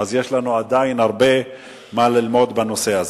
יש לנו עדיין הרבה מה ללמוד בנושא.